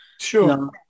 Sure